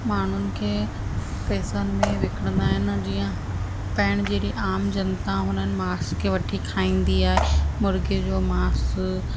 माण्हुनि खे पेसनि में विकिणंदा आहिनि जीअं पैण जहिड़ी आम जनता हुननि खे वठी खाईन्दी आहे मुर्गे जो मांस